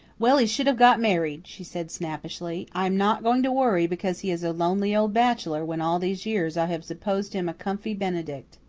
well, he should have got married, she said snappishly. i am not going to worry because he is a lonely old bachelor when all these years i have supposed him a comfy benedict.